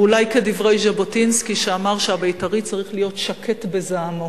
ואולי כדברי ז'בוטינסקי שאמר שהבית"רי צריך להיות שקט בזעמו,